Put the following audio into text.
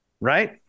Right